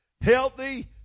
healthy